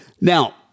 Now